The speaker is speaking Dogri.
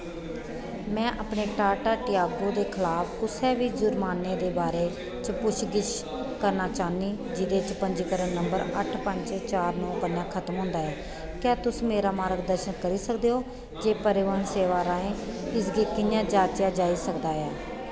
में अपने टाटा टियागो दे खलाफ कुसै बी जरमान्ने दे बारे च पुच्छगिच्छ करना चाह्न्नीं जेह्दे च पंजीकरण नंबर अट्ठ पंज चार नौ कन्नै खतम होंदा ऐ क्या तुस मेरा मार्गदर्शन करी सकदे ओ जे परिवहन सेवा राहें इसगी कि'यां जांचेआ जाई सकदा ऐ